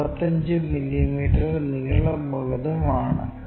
55 millimetre നീളമുള്ളതും ആണ്